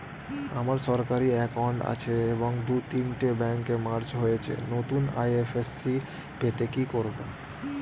আমার সরকারি একাউন্ট আছে এবং দু তিনটে ব্যাংক মার্জ হয়েছে, নতুন আই.এফ.এস.সি পেতে কি করব?